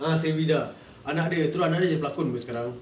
ah seri vida anak dia terus anak dia jadi pelakon [pe] sekarang